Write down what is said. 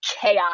chaos